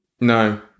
No